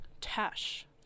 Tash